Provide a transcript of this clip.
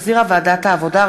שהחזירה ועדת העבודה,